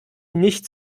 nicht